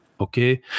okay